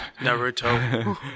Naruto